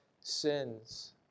sins